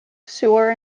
sewer